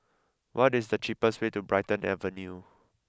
what is the cheapest way to Brighton Avenue